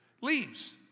leaves